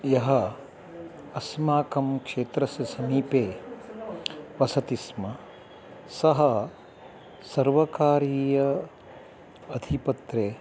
यः अस्माकं क्षेत्रस्य समीपे वसति स्म सः सर्वकारीय अधिपत्रे